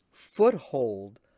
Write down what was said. foothold